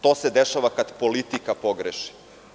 To se dešava kad politika pogreši.